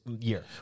year